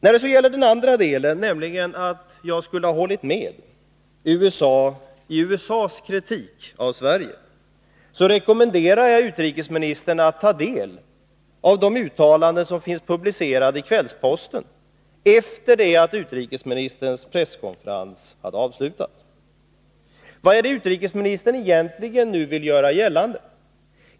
När det gäller den andra delen av svaret — att jag skulle ha fallit in i USA:s kritik av Sverige — rekommenderar jag utrikesministern att ta del av mina uttalanden som finns publicerade i Kvällsposten och som gjordes efter det att utrikesministerns presskonferens inför talet hade avslutats men innan talet hölls. När detta väl klarlagts finns det skäl att fråga vart utrikesministern egentligen vill komma.